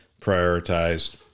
prioritized